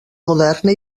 moderna